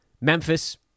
Memphis